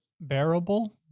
Bearable